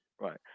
right